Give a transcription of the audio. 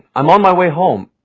i'm on my way home.